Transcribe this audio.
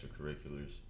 extracurriculars